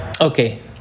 Okay